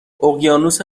اقیانوس